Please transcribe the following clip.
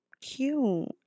Cute